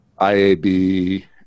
IAB